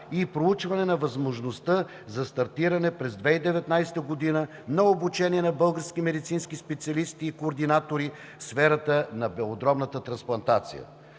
и проучване на възможността за стартиране през 2019 г. на обучение на български медицински специалисти и координатори в сферата на белодробната трансплантация.